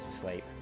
sleep